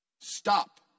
Stop